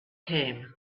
came